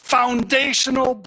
foundational